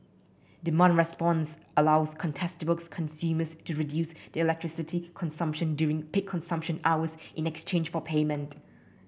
demand response allows contestable consumers to reduce their electricity consumption during peak consumption hours in exchange for payment